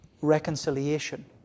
reconciliation